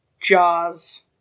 Jaws